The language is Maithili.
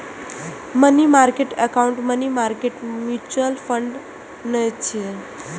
money market account money market mutual fund नै छियै